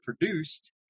produced